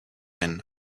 been